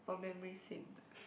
for memory sake